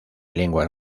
lenguas